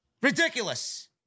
Ridiculous